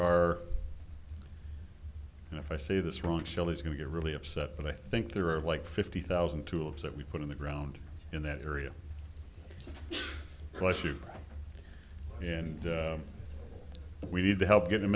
are and if i say this wrong shell is going to get really upset but i think there are like fifty thousand tulips that we put in the ground in that area plus you and we need to help get them in the